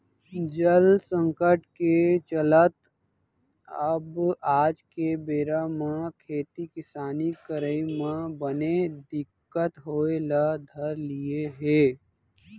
जल संकट के चलत अब आज के बेरा म खेती किसानी करई म बने दिक्कत होय ल धर लिये हे